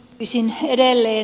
kysyisin edelleen